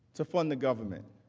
to fund the government.